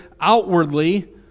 outwardly